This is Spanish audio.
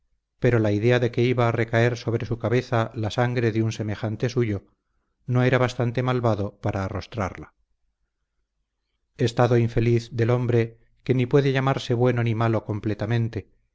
pero la idea de que iba a recaer sobre su cabeza la sangre de un semejante suyo no era bastante malvado para arrostrarla estado infeliz del hombre que ni puede llamarse bueno ni malo completamente